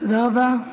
תודה רבה.